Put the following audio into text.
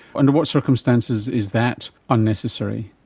under what circumstances is that unnecessary?